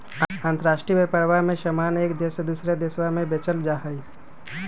अंतराष्ट्रीय व्यापरवा में समान एक देश से दूसरा देशवा में बेचल जाहई